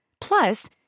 Plus